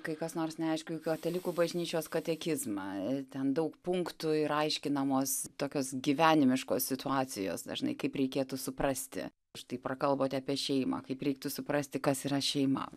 kai kas nors neaišku į katalikų bažnyčios katekizmą ten daug punktų ir aiškinamos tokios gyvenimiškos situacijos dažnai kaip reikėtų suprasti štai prakalbote apie šeimą kaip reiktų suprasti kas yra šeima